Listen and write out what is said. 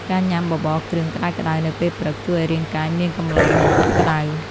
ការញ៉ាំបបរគ្រឿងក្តៅៗនៅពេលព្រឹក ជួយឱ្យរាងកាយមានកម្លាំង និងកក់ក្តៅ។